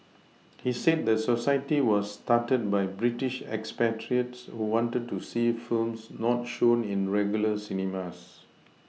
he said the society was started by British expatriates who wanted to see films not shown in regular cinemas